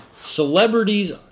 Celebrities